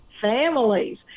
families